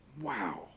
Wow